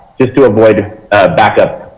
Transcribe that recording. just to avoid backup.